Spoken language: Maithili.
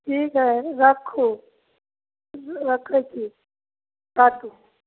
ठीक हइ रखू रखै छी काटू